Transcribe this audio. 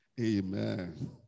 Amen